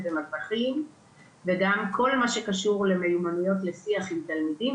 במסכים וגם כל מה שקשור למיומנויות לשיח עם תלמידים,